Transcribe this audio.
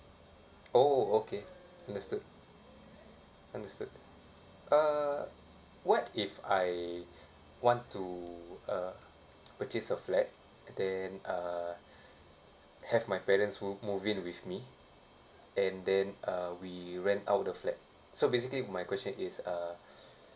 oh okay understood understood uh what if I want to uh purchase a flat then uh have my parents mo~ move in with me and then uh we rent out the flat so basically my question is uh